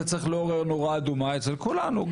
זה צריך לעורר נורה אדומה אצל כולנו.